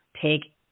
take